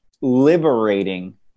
liberating